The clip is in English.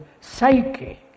psyche